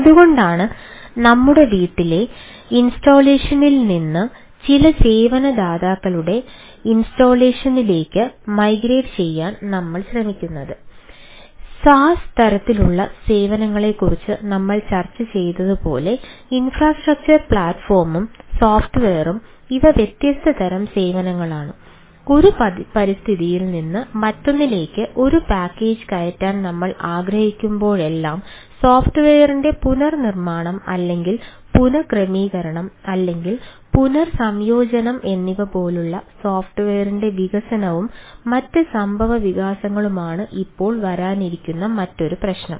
അതുകൊണ്ടാണ് നമ്മുടെ വീട്ടിലെ ഇൻസ്റ്റാളേഷനിൽ വികസനവും മറ്റ് സംഭവവികാസങ്ങളുമാണ് ഇപ്പോൾ വരാനിരിക്കുന്ന മറ്റൊരു പ്രശ്നം